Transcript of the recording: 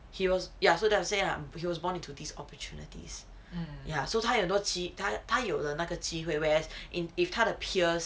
he was ya so what I want to say lah he was born into these opportunities ya so 他有多机他他有的那个机会 whereas in if 他的 peers